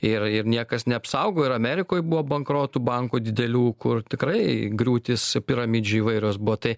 ir ir niekas neapsaugo ir amerikoj buvo bankrotų bankų didelių kur tikrai griūtis piramidžių įvairios buvo tai